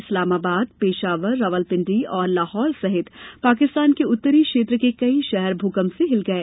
इस्लामाबाद पेशावर रावलपिंडी और लाहौर सहित पाकिस्तान के उत्तरी क्षेत्र के कई शहर भूकम्प से हिल गए